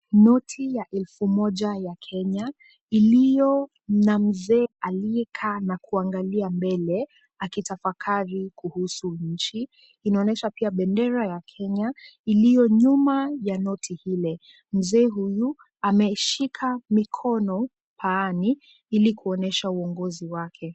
Noti ya elfu moja ya Kenya, iliyo na mzee aliyekaa na kuangalia mbele akitafakari kuhusu nchi. Inaonyesha pia bendera ya Kenya iliyo nyuma ya noti ile. Mzee huyu ameshika mikono paani ili kuonyesha uongozi wake.